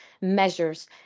measures